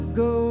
go